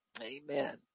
amen